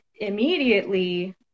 immediately